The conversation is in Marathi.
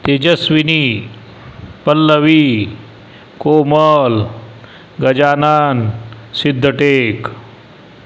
तेजस्विनी पल्लवी कोमल गजानन सिद्धटेक